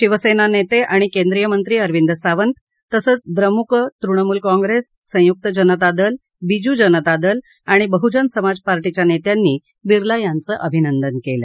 शिवसेने नेते आणि केंद्रीय मंत्री अरविंद सावंत तसंच द्रमुक तृणमुल काँप्रेस संयुक जनता दल बीजू जनता दल आणि बहूजन समाज पार्टींच्या नेत्यांनी बिर्ला यांचं अभिनंदन केलं